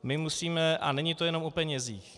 My musíme a není to jenom o penězích.